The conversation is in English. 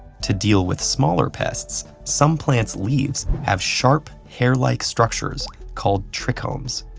to deal with smaller pests, some plants' leaves have sharp hair-like structures called trichomes.